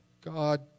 God